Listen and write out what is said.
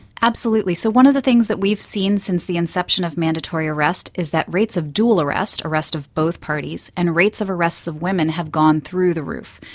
absolutely. so one of the things that we've seen since the inception of mandatory arrest is that rates of dual arrest, arrest of both parties, and rates of arrests of women have gone through the roof.